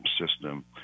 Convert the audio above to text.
system